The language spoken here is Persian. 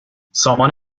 سامان